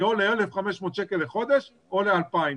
או ל-1,500 שקל לחודש או ל-2,000 שקל.